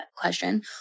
question